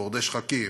גורדי שחקים,